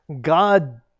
God